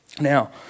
Now